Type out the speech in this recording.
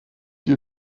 you